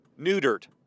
neutered